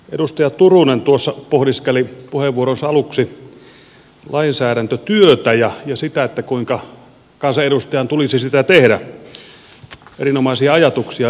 edustaja turunen pohdiskeli puheenvuoronsa aluksi lainsäädäntötyötä ja sitä kuinka kansanedustajan tulisi sitä tehdä erinomaisia ajatuksia